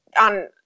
on